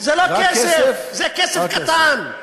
זה לא כסף, זה כסף קטן.